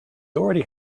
already